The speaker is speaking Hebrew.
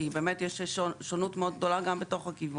יש שונות מאוד גדולה גם בתוך הגיוון.